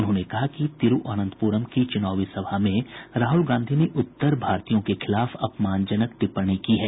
उन्होंने कहा कि तिरूअनंतपुरम की चुनावी सभा में राहुल गांधी ने उत्तर भारतीयों के खिलाफ अपमानजनक टिप्पणी की है